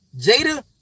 Jada